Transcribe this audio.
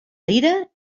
lira